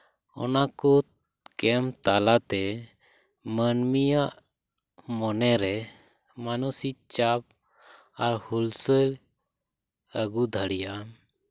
ᱚᱱᱟ ᱠᱚ ᱜᱮᱢ ᱛᱟᱞᱟᱛᱮ ᱢᱟᱹᱱᱢᱤᱭᱟᱜ ᱢᱚᱱᱮ ᱨᱮ ᱢᱟᱱᱚᱥᱤᱠ ᱪᱟᱯ ᱟᱨ ᱦᱩᱞᱥᱟᱹᱭ ᱟᱹᱜᱩ ᱫᱟᱲᱮᱭᱟᱜᱼᱟ